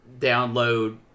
download